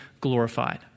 glorified